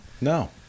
No